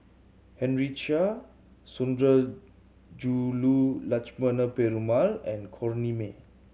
Henry Chia Sundarajulu Lakshmana Perumal and Corrinne May